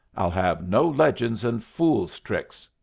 i'll have no legends and fool's tricks,